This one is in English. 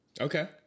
Okay